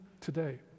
today